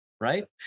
right